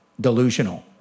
delusional